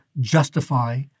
justify